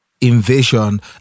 Invasion